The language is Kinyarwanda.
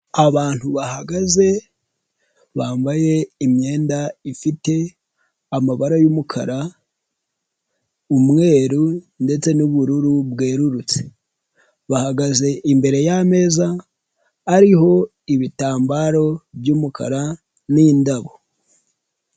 Abantu bahagaze bambaye imyenda ifite amabara y'umukara umweru ndetse n'ubururu bwerurutse, bahagaze imbere y'ameza ariho ibitambaro by'umukara n'indabo.